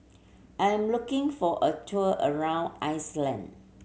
I am looking for a tour around Iceland